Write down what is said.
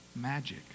Magic